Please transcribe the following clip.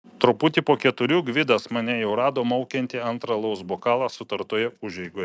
truputį po keturių gvidas mane jau rado maukiantį antrą alaus bokalą sutartoje užeigoje